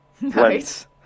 Nice